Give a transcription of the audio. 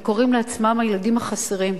הם קוראים לעצמם "הילדים החסרים".